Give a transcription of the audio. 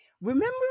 Remember